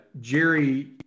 Jerry